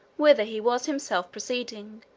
whither he was himself proceeding,